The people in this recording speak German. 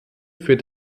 für